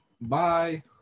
Bye